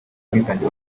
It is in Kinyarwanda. ubwitange